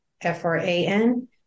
F-R-A-N